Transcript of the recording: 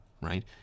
right